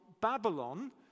Babylon